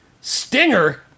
stinger